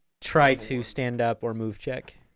try-to-stand-up-or-move-check